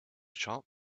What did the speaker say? shop